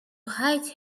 hide